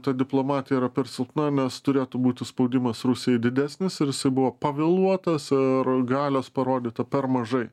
ta diplomatija yra per silpna nes turėtų būti spaudimas rusijai didesnis ir jisai buvo pavėluotas ir galios parodyta per mažai